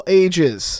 ages